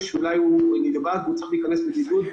שאולי הוא נדבק והוא צריך להיכנס לבידוד,